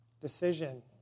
decision